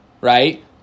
right